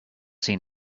seen